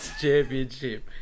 Championship